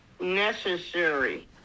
necessary